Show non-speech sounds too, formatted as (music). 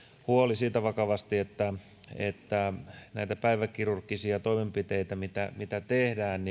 huoli siitä vakavasti että että näitä päiväkirurgisia toimenpiteitä mitä mitä tehdään (unintelligible)